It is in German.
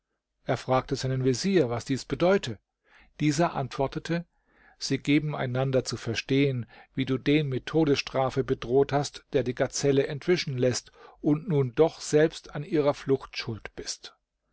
er fragte seinen vezier was dies bedeute dieser antwortete sie geben einander zu verstehen wie du den mit todesstrafe bedroht hast der die gazelle entwischen läßt und nun doch selbst an ihrer flucht schuld bist